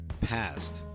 past